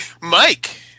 Mike